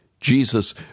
Jesus